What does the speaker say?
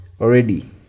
already